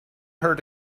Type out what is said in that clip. her